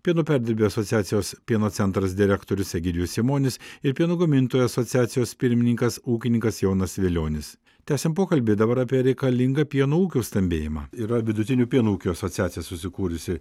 pieno perdirbėjų asociacijos pieno centras direktorius egidijus simonis ir pieno gamintojų asociacijos pirmininkas ūkininkas jonas vilionis tęsiam pokalbį dabar apie reikalingą pieno ūkių stambėjimą yra vidutinių pieno ūkių asociacijos susikūrusi